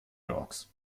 dogs